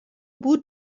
bout